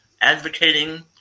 advocating